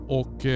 och